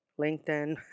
LinkedIn